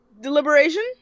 Deliberation